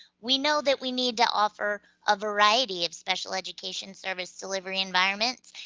we know that we need to offer a variety of special education service delivery environments,